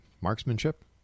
marksmanship